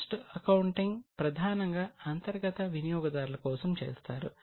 cost accounting ప్రధానంగా అంతర్గత వినియోగదారుల కోసం చేస్తారు